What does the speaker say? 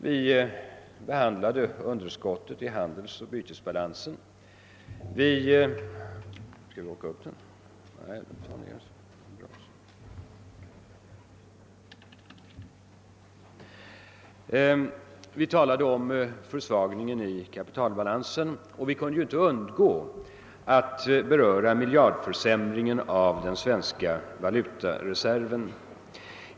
Vi behandlade underskottet i betalningsoch bytesbalansen; vi talade om försvagningen i kapitalbalansen och vi kunde inte undgå att beröra miljardförsämringen av den svenska valutareserven.